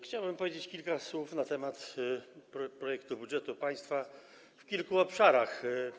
Chciałbym powiedzieć kilka słów na temat projektu budżetu państwa w kilku obszarach.